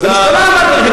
משטרה, משטרה.